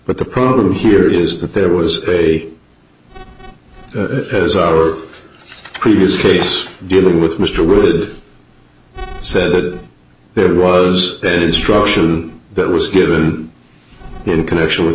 but the problem here is that there was has our previous piece dealing with mr wood said that there was that instruction that was given in connection with